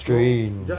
strange